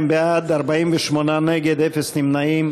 62 בעד, 48 נגד ואפס נמנעים.